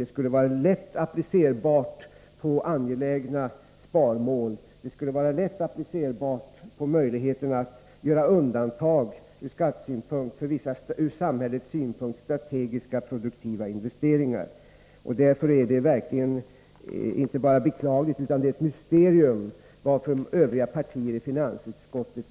Det skulle vara lätt att applicera dem på angelägna sparmål, och de skulle lätt kunna appliceras på möjligheterna att i skattehänseende göra undantag för vissa ur samhällets synpunkt strategiska och produktiva investeringar. Därför är det inte bara beklagligt utan även ett mysterium varför övriga partier i finansutskottet